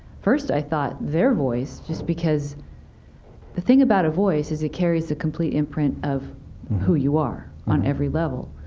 first, i thought their voice, just because the thing about a voice is it carries the complete imprint of who you are, on every level.